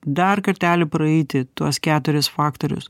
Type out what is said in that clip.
dar kartelį praeiti tuos keturis faktorius